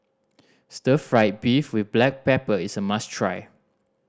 stir fried beef with black pepper is a must try